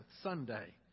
Sunday